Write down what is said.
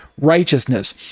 righteousness